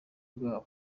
bwabo